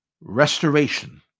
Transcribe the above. Restoration